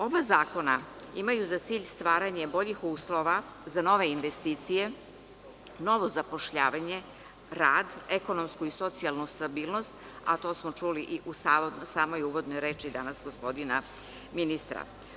Oba zakona imaju za cilj stvaranje boljih uslova za nove investicije, novo zapošljavanje, rad, ekonomsku i socijalnu stabilnost, a to smo čuli u samoj uvodnoj reči danas gospodina ministra.